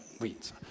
weeds